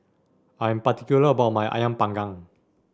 I am particular about my ayam Panggang